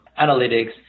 analytics